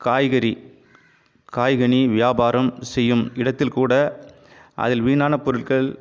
காய்கறி காய் கனி வியாபாரம் செய்யும் இடத்தில் கூட அதில் வீணான பொருட்கள்